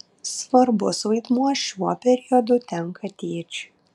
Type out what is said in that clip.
svarbus vaidmuo šiuo periodu tenka tėčiui